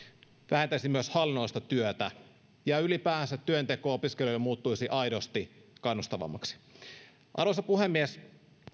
vähentäisi myös hallinnollista työtä ja ylipäänsä työnteko opiskelijoille muuttuisi aidosti kannustavammaksi arvoisa puhemies